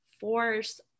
force